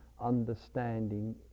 understanding